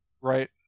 Right